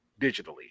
digitally